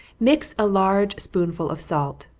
mix a large spoonful of salt,